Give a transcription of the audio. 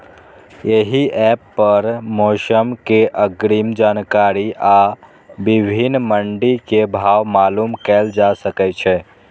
एहि एप पर मौसम के अग्रिम जानकारी आ विभिन्न मंडी के भाव मालूम कैल जा सकै छै